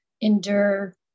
endure